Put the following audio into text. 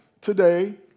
today